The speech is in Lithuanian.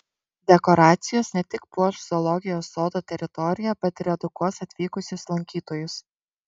dekoracijos ne tik puoš zoologijos sodo teritoriją bet ir edukuos atvykusius lankytojus